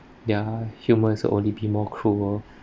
ya humans'll only be more cruel